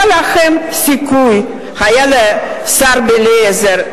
היה לכם סיכוי, היה לשר בן-אליעזר,